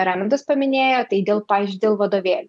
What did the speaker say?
raimondas paminėjo tai dėl pavyzdžiui dėl vadovėlių